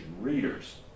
readers